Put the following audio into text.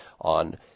on